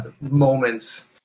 moments